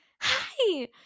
hi